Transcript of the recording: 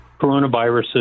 coronaviruses